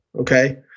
Okay